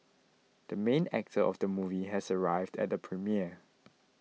the main actor of the movie has arrived at the premiere